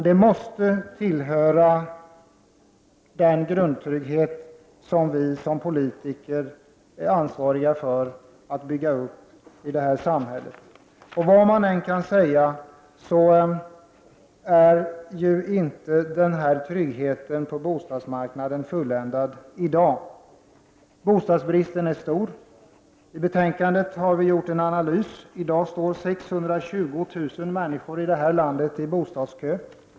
Det måste dock tillhöra den grundtrygghet som vi som politiker är ansvariga för att bygga upp i detta samhälle. Vad man än har för synpunkter, är ju inte tryggheten på bostadsmarknaden fulländad i dag. Bostadsbristen är stor. I betänkandet har vi gjort en analys. I dag står 620 000 människor i detta land i bostadskö.